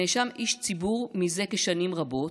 --- הנאשם איש ציבור מזה כשנים רבות,